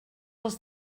els